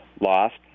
lost